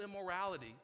immorality